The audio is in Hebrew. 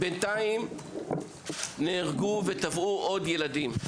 בינתיים נהרגו וטבעו עוד ילדים.